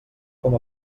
com